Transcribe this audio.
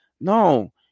No